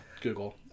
Google